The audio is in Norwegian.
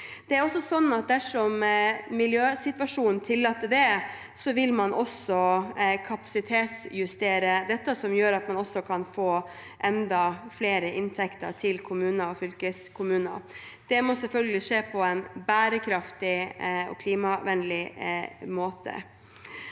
Dersom miljøsituasjonen tillater det, vil man også kapasitetsjustere dette, noe som gjør at man kan få enda flere inntekter til kommuner og fylkeskommuner. Det må selvfølgelig skje på en bærekraftig og klimavennlig måte.